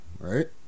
Right